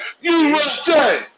USA